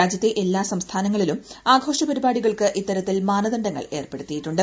രാജ്യത്തെ എല്ലാ സംസ്ഥാനങ്ങളിലും ആഘോഷപരിപാടികൾക്ക് ഇത്തരത്തിൽ മാനദണ്ഡങ്ങൾ ഏർപ്പെടുത്തിയിട്ടുണ്ട്